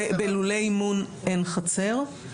בלולי אימון אין חצר.